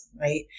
right